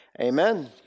Amen